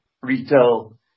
retail